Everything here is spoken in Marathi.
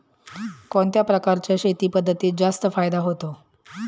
कोणत्या प्रकारच्या शेती पद्धतीत जास्त फायदा होतो?